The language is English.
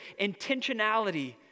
intentionality